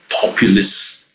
populist